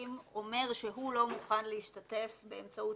מהמשתתפים אומר שהוא לא מוכן להשתתף באמצעות